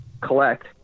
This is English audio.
collect